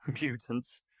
mutants